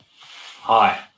Hi